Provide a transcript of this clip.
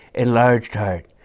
enlarged heart.